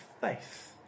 faith